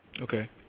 Okay